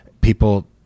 people